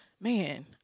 man